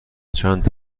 چند